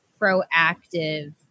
proactive